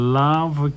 love